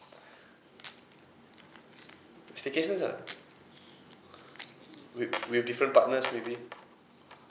staycations ah with with different partners maybe